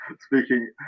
speaking